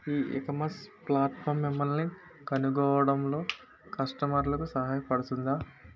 ఈ ecommerce platform మిమ్మల్ని కనుగొనడంలో కస్టమర్లకు సహాయపడుతుందా?